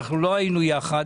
לא היינו יחד,